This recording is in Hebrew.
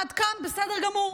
עד כאן בסדר גמור.